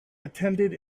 attended